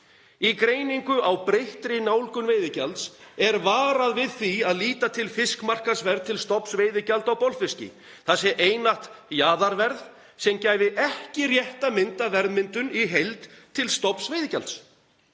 Í greiningu á breyttri nálgun veiðigjalds er varað við því að líta til fiskmarkaðsverðs til stofns veiðigjalda á bolfiski, það sé einatt jaðarverð sem gæfi ekki rétta mynd af verðmyndun í heild til stofns veiðigjalds.